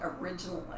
originally